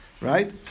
right